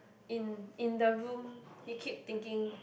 in in the room he keep thinking